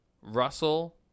Russell